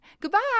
Goodbye